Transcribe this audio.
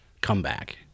comeback